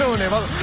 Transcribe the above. so never